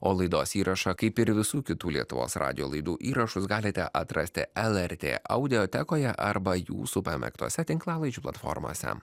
o laidos įrašą kaip ir visų kitų lietuvos radijo laidų įrašus galite atrasti lrt audiotekoje arba jūsų pamėgtose tinklalaidžių platformose